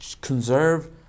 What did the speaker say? conserve